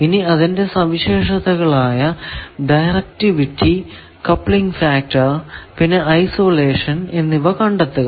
ഇനി അതിന്റെ സവിശേഷതകൾ ആയ ഡയറക്ടിവിറ്റി കപ്ലിങ് ഫാക്ടർ പിന്നെ ഐസൊലേഷൻ എന്നിവ കണ്ടെത്തുക